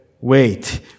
wait